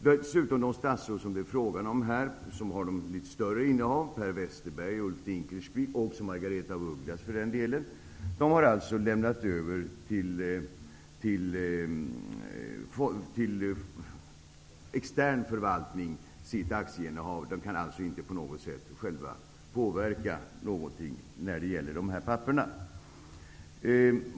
När det gäller de statsråd som det här är fråga om och som har litet större innehav -- Per Westerberg, Ulf Dinkelspiel och Margaretha af Ugglas -- kan det sägas att de har lämnat över sitt aktieinnehav till extern förvaltning. Därmed kan de inte på något sätt själva påverka någonting när det gäller dessa papper.